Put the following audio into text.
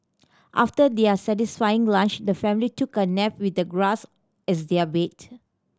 after their satisfying lunch the family took a nap with the grass as their bed